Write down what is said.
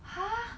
!huh!